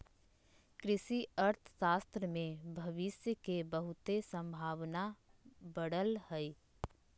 कृषि अर्थशास्त्र में भविश के बहुते संभावना पड़ल हइ